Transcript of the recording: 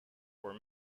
were